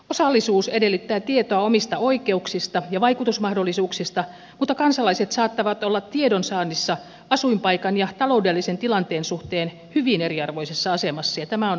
osallisuus edellyttää tietoa omista oikeuksista ja vaikutusmahdollisuuksista mutta kansalaiset saattavat olla tiedonsaannissa asuinpaikan ja taloudellisen tilanteen suhteen hyvin eriarvoisessa asemassa ja tämä on tietenkin nähtykin